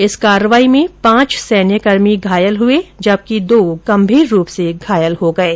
इस कार्रवाई में पांच सैन्यकर्मी घायल हुए जबकि दो गंभीर रूप से घायल हैं